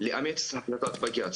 לאמץ את החלטת בג"צ